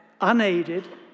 unaided